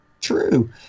True